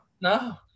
No